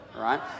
right